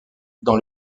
dans